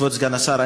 כבוד סגן השר,